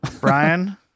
Brian